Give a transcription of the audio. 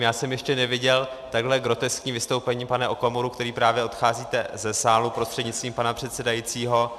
Já jsem ještě neviděl takhle groteskní vystoupení, pane Okamuro, který právě odcházíte ze sálu, prostřednictvím pana předsedajícího.